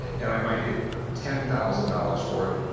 and i might get ten thousand dollars for it.